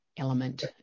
Element